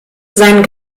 sein